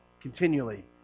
continually